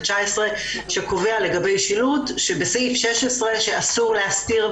שקובע לגבי שילוט שבסעיף 16 שאסור להסתיר,